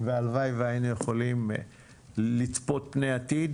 והלוואי והיינו יכולים לצפות פני עתיד,